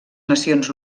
nacions